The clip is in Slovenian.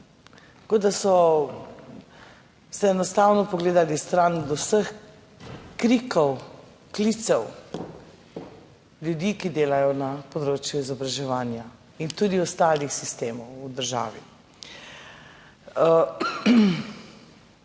kot da so se enostavno pogledali stran od vseh krikov, klicev ljudi, ki delajo na področju izobraževanja, in tudi ostalih sistemov v državi.